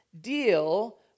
deal